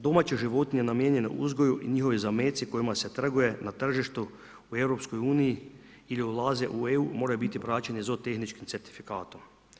Domaće životinje namijenjene uzgoju i njihovi zameci kojima se trguje na tržištu u EU i ulaze u EU moraju biti vraćeni ZOO tehničkim certifikatom.